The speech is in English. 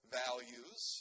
values